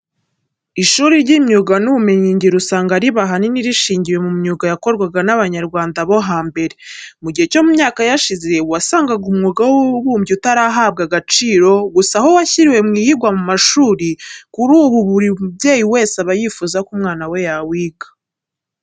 Ishuri ry'imyuga n'ubumenyingiro usanga riba ahanini rishingiye ku myuga yakorwaga n'Abanyarwanda bo hambere. Mu gihe cyo mu myaka yashize wasangaga umwuga w'ububumbyi utarahabwaga agaciro, gusa aho washyiriwe muyigwa mu mashuri, kuri ubu buri mubyeyi wese aba yifuza ko umwana we yawiga.